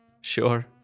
Sure